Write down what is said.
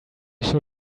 should